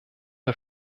her